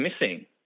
missing